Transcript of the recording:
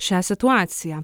šią situaciją